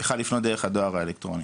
יכול לפנות דרך הדואר האלקטרוני.